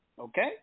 okay